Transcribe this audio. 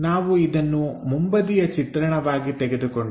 ನಾವು ಇದನ್ನು ಮುಂಬದಿಯ ಚಿತ್ರಣವಾಗಿ ತೆಗೆದುಕೊಂಡರೆ